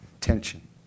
tension